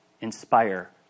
inspire